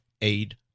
aid